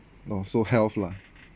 oh so health lah